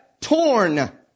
torn